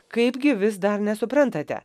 kaipgi vis dar nesuprantate